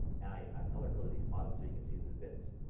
and i've color coded these posits so you can see the bits.